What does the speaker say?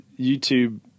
YouTube